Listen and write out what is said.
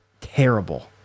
terrible